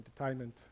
entertainment